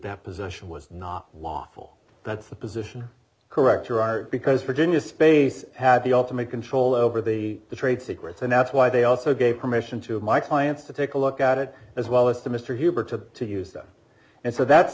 deposition was not lawful that's the position correct or art because virginia space have the ultimate control over the trade secrets and that's why they also gave permission to my clients to take a look at it as well as to mr huber to to use them and so that's